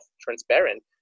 transparent